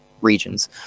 regions